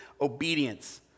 obedience